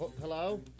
Hello